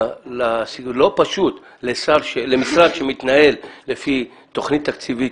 לא פשוט למשרד שמתנהל לפי תוכנית תקציבית